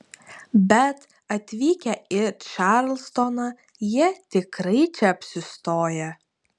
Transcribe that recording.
bet atvykę į čarlstoną jie tikrai čia apsistoja